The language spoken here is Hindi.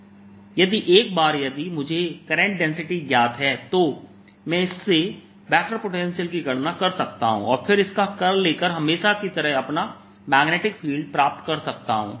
यदि एक बार यदि मुझे करंट डेंसिटी ज्ञात है तो मैं इससे वेक्टर पोटेंशियल की गणना कर सकता हूं और फिर इसका कर्ल लेकर हमेशा की तरह अपना मैग्नेटिक फील्ड प्राप्त कर सकता हूं